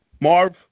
Marv